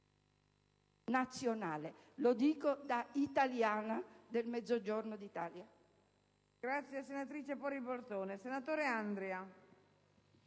nazionale. Lo dico da italiana del Mezzogiorno d'Italia.